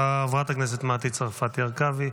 חברת הכנסת מטי צרפתי הרכבי,